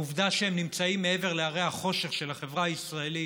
העובדה היא שהם מעבר להרי החושך של החברה הישראלית,